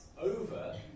over